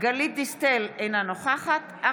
גלית דיסטל אטבריאן,